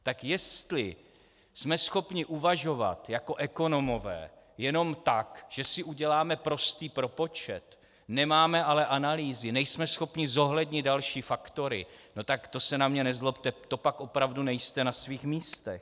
Tak jestli jsme schopni uvažovat jako ekonomové jenom tak, že si uděláme prostý propočet, nemáme ale analýzy, nejsme schopni zohlednit další faktory, tak to se na mě nezlobte, to pak opravdu nejste na svých místech.